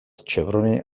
chevroni